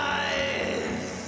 eyes